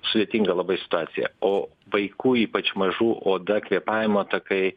sudėtinga labai situacija o vaikų ypač mažų oda kvėpavimo takai